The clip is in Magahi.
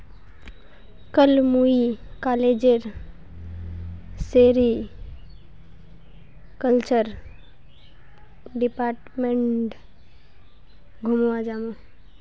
कल मुई कॉलेजेर सेरीकल्चर डिपार्टमेंट घूमवा जामु